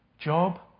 Job